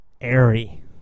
airy